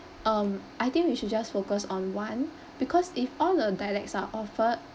um I think we should just focus on one because if all the dialects are offered